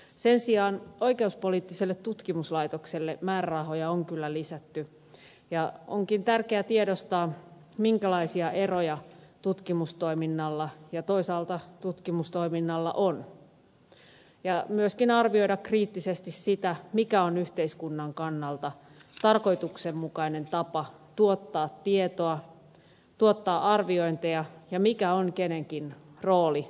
sen sijaan oikeuspoliittiselle tutkimuslaitokselle määrärahoja on kyllä lisätty ja onkin tärkeä tiedostaa minkälaisia eroja tutkimustoiminnalla ja toisaalta tutkimustoiminnalla on ja myöskin arvioida kriittisesti sitä mikä on yhteiskunnan kannalta tarkoituksenmukainen tapa tuottaa tietoa tuottaa arviointeja ja mikä on kenenkin rooli tutkimustyössä